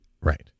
Right